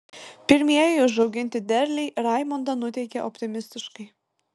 pirmieji užauginti derliai raimondą nuteikė optimistiškai